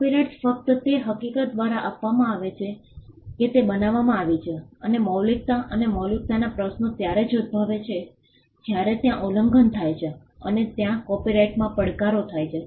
copyrights ફક્ત તે હકીકત દ્વારા આપવામાં આવે છે કે તે બનાવવામાં આવી છે અને મૌલિક્તા પર મૌલિકતાના પ્રશ્નો ત્યારે જ ઉદભવે છે જ્યારે ત્યાં ઉલ્લંઘન થાય છે અને ત્યાં કોપિરાઇટમાં પડકારો થાય છે